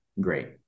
great